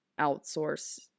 outsource